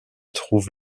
trouve